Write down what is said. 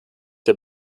der